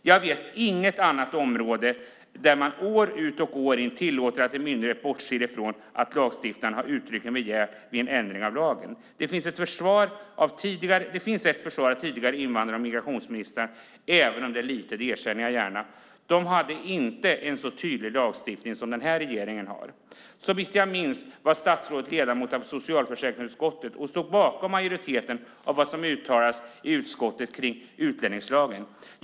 Jag vet inget annat område där man år ut och år in tillåter en myndighet att bortse ifrån vad lagstiftaren uttryckligen har begärt vid en ändring av lagen. Jag erkänner gärna att det finns ett försvar för tidigare invandrar och migrationsministrar, även om det är litet. De hade inte en så tydlig lagstiftning som den här regeringen har. Såvitt jag minns var statsrådet ledamot av socialförsäkringsutskottet och stod bakom majoriteten för vad som uttalades om utlänningslagen i utskottet.